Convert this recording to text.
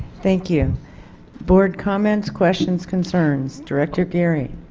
thank you board comments questions concerns director geary